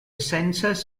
census